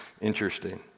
interesting